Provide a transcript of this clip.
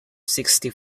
sixty